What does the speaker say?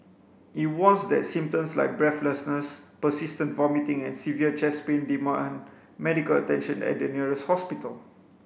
it warns that symptoms like breathlessness persistent vomiting and severe chest pain demand medical attention at the nearest hospital